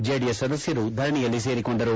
JDS ಸದಸ್ಕರು ಧರಣಿಯಲ್ಲಿ ಸೇರಿಕೊಂಡರು